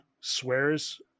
swears